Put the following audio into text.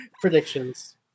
Predictions